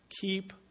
keep